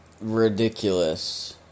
ridiculous